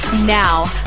now